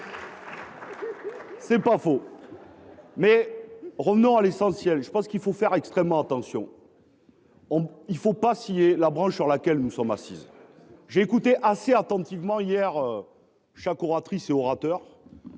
C'est pas faux. Mais revenons à l'essentiel, je pense qu'il faut faire extrêmement attention. Il ne faut pas scier la branche sur laquelle nous sommes assise. J'ai écouté assez attentivement hier. Chaque oratrices et orateurs.